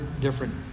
different